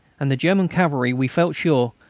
and the german cavalry, we felt sure,